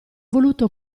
voluto